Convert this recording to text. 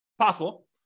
possible